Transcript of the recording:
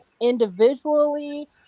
individually